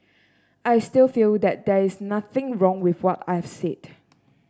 I still feel that there is nothing wrong with what I've said